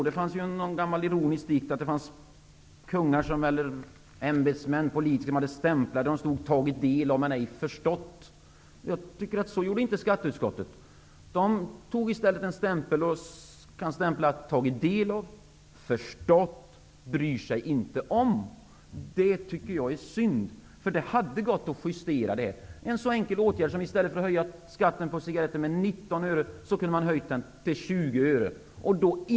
Det finns en gammal ironisk dikt där det berättas om kungar, ämbetsmän eller politiker som hade stämplat: Tagit del av, men ej förstått. Så gjorde inte skatteutskottet. Skatteutskottet använde i stället en stämpel med texten: Tagit del av. Förstått. Bryr sig inte om. Jag tycker det är synd, därför att det här hade gått att justera. I stället för att höja skatten på cigaretter med 19 öre kunde man ha höjt den med 20 öre, en mycket enkel åtgärd.